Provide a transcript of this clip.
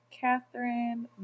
Catherine